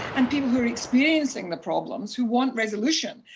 and people who are experiencing the problems who want resolution,